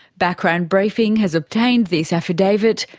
background briefing has obtained this affidavit,